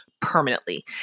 permanently